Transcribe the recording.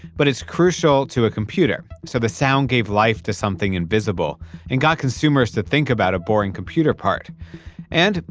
but it's crucial to a computer, so the sound gave life to something invisible and got consumers to think about a boring computer part and,